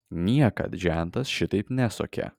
niekad žentas šitaip nesuokė